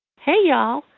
hey, y'all.